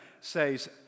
says